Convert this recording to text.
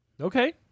okay